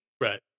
Right